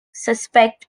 suspect